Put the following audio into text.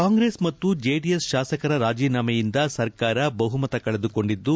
ಕಾಂಗ್ರೆಸ್ ಮತ್ತು ಜೆಡಿಎಸ್ ಶಾಸಕರ ರಾಜೀನಾಮೆಯಿಂದ ಸರ್ಕಾರ ಬಹುಮತ ಕಳೆದುಕೊಂಡಿದ್ದು